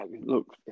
Look